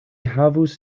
havus